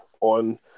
on